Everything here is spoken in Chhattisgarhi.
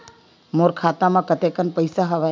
मोर खाता म कतेकन पईसा हवय?